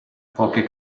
poche